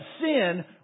sin